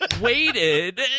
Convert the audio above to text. waited